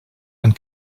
and